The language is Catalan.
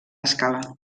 escala